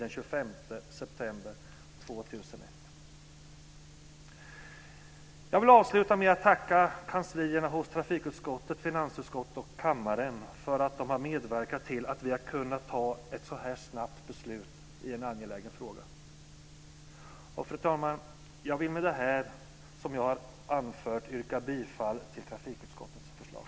Jag vill avsluta med att tacka kanslierna hos trafikutskottet, finansutskottet och kammaren för att de har medverkat till att vi kan fatta ett så pass snabbt beslut i en angelägen fråga. Fru talman! Jag vill med det jag har anfört yrka bifall till trafikutskottets förslag.